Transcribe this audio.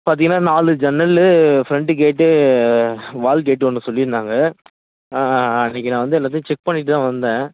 பார்த்தீங்கன்னா நாலு ஜன்னல் ஃப்ரண்ட்டு கேட்டு வால் கேட்டு ஒன்று சொல்லியிருந்தாங்க அன்னிக்கு நான் வந்து எல்லாத்தையும் செக் பண்ணிகிட்டுதான் வந்தேன்